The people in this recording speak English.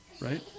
Right